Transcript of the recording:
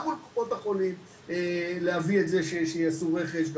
גם מול קופות החולים להביא את זה שיעשו רכש,